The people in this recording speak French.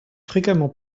fréquemment